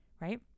right